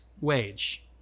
wage